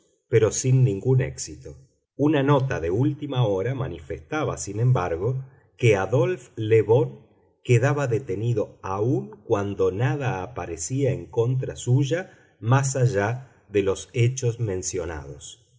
pero sin ningún éxito una nota de última hora manifestaba sin embargo que adolphe le bon quedaba detenido aun cuando nada aparecía en contra suya más allá de los hechos mencionados